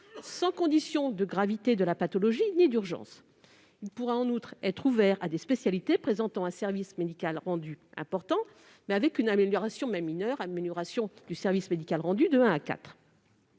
sans condition de gravité de la pathologie ni d'urgence. Il pourra, en outre, être ouvert à des spécialités présentant un service médical rendu important, mais avec une amélioration, même mineure, du service médical rendu, de I à IV.